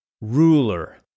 ruler